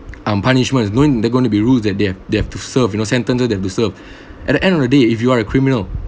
um punishments is knowing there're going to be rules that they have they have to serve you know sentences than to serve at the end of the day if you are a criminal